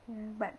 ya but